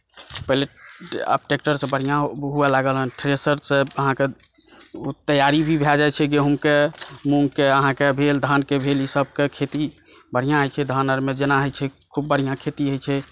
पहिले आब ट्रेक्टरसे बढ़िऑं होवऽ लागल हन थ्रेसर से तैयारी भी भए जाइ छै गहुँमके मुँगके अहाँकेँ भेल धानके भेल ई सभकेँ खेती बढ़िऑं होइ छै धान आरमे जेना होइ छै खुब बढ़िऑं खेती होइ छै